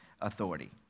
authority